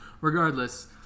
Regardless